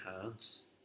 hands